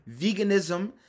veganism